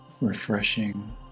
refreshing